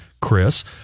Chris